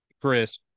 Chris